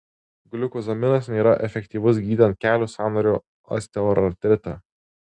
gliukozaminas nėra efektyvus gydant kelio sąnario osteoartritą